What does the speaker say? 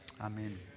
Amen